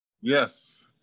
Yes